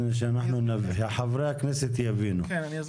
אני אסביר.